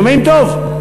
שומעים טוב?